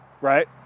Right